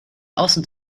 außen